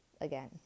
again